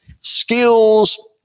Skills